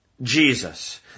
Jesus